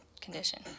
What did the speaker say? condition